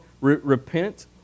repent